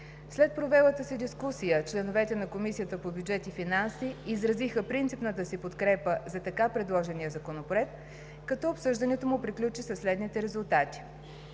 След провелата се дискусия, членовете на Комисията по бюджет и финанси изразиха принципната си подкрепа за така предложения законопроект, като обсъждането му приключи със следните резултати: